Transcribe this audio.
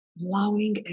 allowing